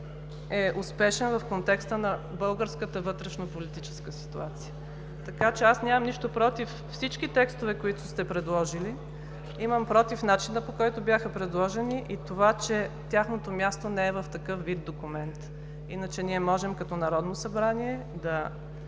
е успешен в контекста на българската вътрешно-политическа ситуация. Нямам нищо против всички текстове, които сте предложили, имам против начина, по който бяха предложени и това, че тяхното място не е в такъв вид документи. Иначе ние можем като Народно събрание да